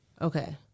Okay